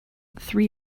three